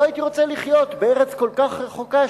לא הייתי רוצה לחיות בארץ כל כך רחוקה,